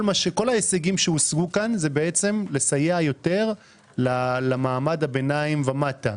כל ההישגים שהושגו כאן זה בעצם לסייע יותר למעמד הביניים ומטה,